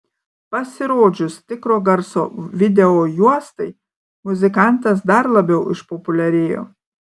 pasirodžius tikro garso videojuostai muzikantas dar labiau išpopuliarėjo